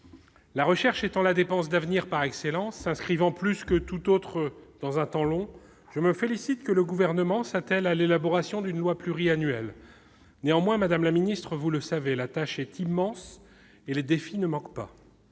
La recherche étant une dépense d'avenir par excellence, s'inscrivant plus que toute autre dans le temps long, je me félicite que le Gouvernement s'attelle à l'élaboration d'une loi pluriannuelle. Néanmoins, madame la ministre, vous le savez, la tâche est immense et les défis ne manquent pas